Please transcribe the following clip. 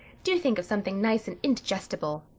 do think of something nice and indigestible.